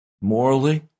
morally